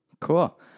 Cool